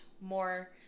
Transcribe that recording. more